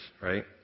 right